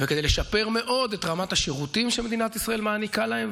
וכדי לשפר מאוד את רמת השירותים שמדינת ישראל מעניקה להם.